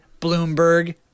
Bloomberg